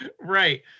Right